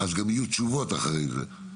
אז גם יהיו תשובות אחרי זה.